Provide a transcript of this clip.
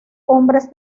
hombres